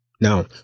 Now